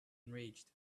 enraged